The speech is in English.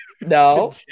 no